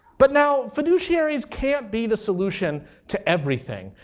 but now, fiduciaries can't be the solution to everything,